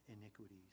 iniquities